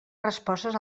respostes